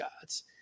gods